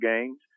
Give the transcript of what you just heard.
games